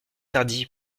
tardy